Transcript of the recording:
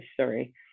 sorry